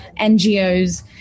NGOs